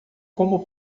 como